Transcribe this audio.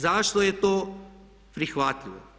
Zašto je to prihvatljivo?